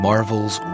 Marvel's